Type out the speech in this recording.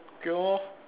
okay lor